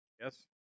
Yes